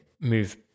move